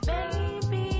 Baby